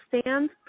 stand